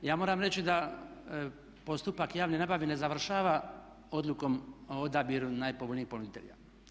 Ja moram reći da postupak javne nabave ne završava odlukom o odabiru najpovoljnijeg ponuditelja.